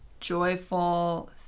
joyful